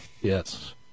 Yes